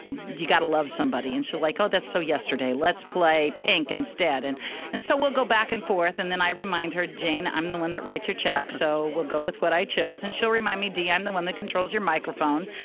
you gotta love somebody. and like, oh, that's so yesterday let's play pink instead. and and so we'll go back and forth. and then i remind her, jane, i'm the one that writes your checks. so we'll go with what i chose and she'll remind me d i'm the one that controls your microphone,